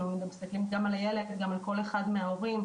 גם על הילד, גם על ההורים.